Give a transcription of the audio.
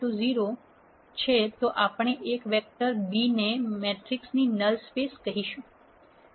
0 તો આપણે આ વેક્ટર B ને મેટ્રિક્સની નલ સ્પેસ કહીશું